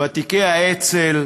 ותיקי האצ"ל,